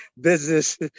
business